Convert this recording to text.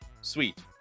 Sweet